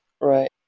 Right